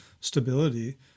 stability